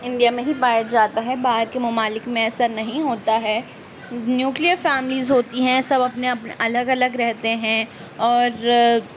India میں ہی پایا جاتا ہیں باہر کے ممالک میں ایسا نہیں ہوتا ہیں نیوکلیر فیملیز ہوتی ہیں سب اپنے الگ الگ رہتے ہیں اور